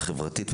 חברתית,